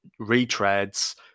retreads